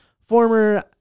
former